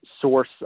source